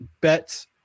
bets